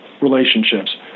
relationships